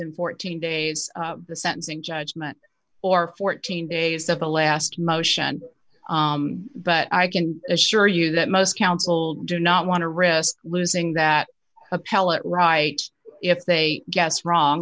in fourteen days the sentencing judgment or fourteen days of the last motion but i can assure you that most counsel do not want to risk losing that appellate rights if they guess wrong